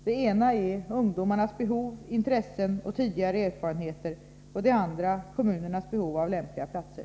Det ena är ungdomarnas behov, intressen och tidigare erfarenheter och det andra kommunens behov av lämpliga platser.